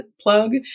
plug